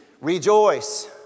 Rejoice